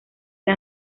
tío